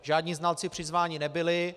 Žádní znalci přizváni nebyli.